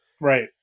Right